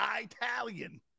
Italian